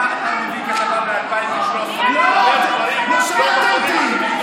מביא כתבה מ-2013, אומרים דברים לא נכונים.